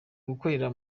gukorera